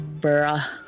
Bruh